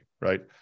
right